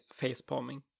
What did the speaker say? facepalming